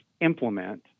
implement